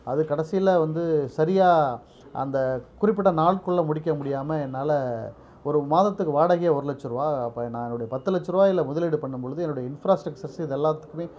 அது கடைசியில் வந்து சரியாக அந்த குறிப்பிட்ட நாளுக்குள்ளே முடிக்க முடியாமல் என்னால் ஒரு மாதத்துக்கு வாடகையை ஒரு லட்சரூபா அப்போ நான் என்னுடைய பத்துலட்சரூபாயில முதலீடு பண்ணும் பொழுது என்னுடைய இன்ஃபிராஸ்ட்ரெச்சர்ஸ் இது எல்லாத்துக்கும்